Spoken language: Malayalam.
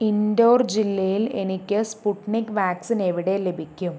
ഇൻഡോർ ജില്ലയിൽ എനിക്ക് സ്പുട്നിക് വാക്സിൻ എവിടെ ലഭിക്കും